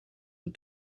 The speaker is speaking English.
the